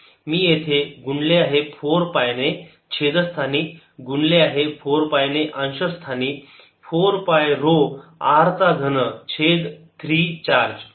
मी येथे गुणले आहे 4 पाय ने छेद स्थानी गुणले आहे 4 पाय ने अंश स्थानी 4 पाय ऱ्हो R चा घन छेद 3 चार्ज